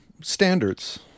Standards